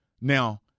Now